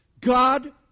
God